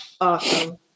awesome